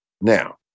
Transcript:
Now